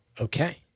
Okay